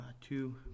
two